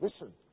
listen